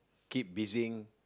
keep busying